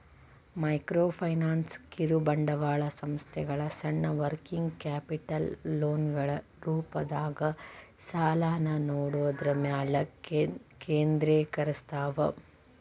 microfinance ಕಿರುಬಂಡವಾಳ ಸಂಸ್ಥೆಗಳ ಸಣ್ಣ ವರ್ಕಿಂಗ್ ಕ್ಯಾಪಿಟಲ್ ಲೋನ್ಗಳ ರೂಪದಾಗ ಸಾಲನ ನೇಡೋದ್ರ ಮ್ಯಾಲೆ ಕೇಂದ್ರೇಕರಸ್ತವ